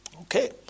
Okay